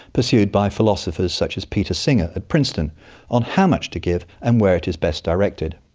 pursued by philosophers such as peter singer at princeton on how much to give and where it is best directed.